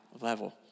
level